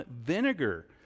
vinegar